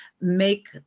make